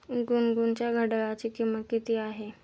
गुनगुनच्या घड्याळाची किंमत किती आहे?